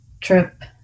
trip